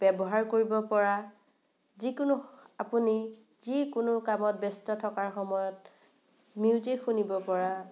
ব্যৱহাৰ কৰিব পৰা যিকোনো আপুনি যিকোনো কামত ব্যস্ত থকাৰ সময়ত মিউজিক শুনিব পৰা